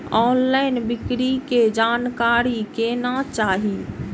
Online बिक्री के जानकारी केना चाही?